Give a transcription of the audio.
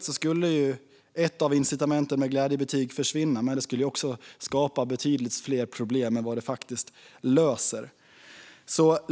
skulle ett av incitamenten för glädjebetyg försvinna om man tog bort valfriheten, men det skulle samtidigt skapa fler problem än det löser. Herr talman!